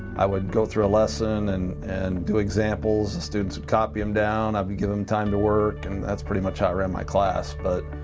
i would go through a lesson and and do examples. the students would copy them down. i'd give them time to work. and that's pretty much how i ran my class, but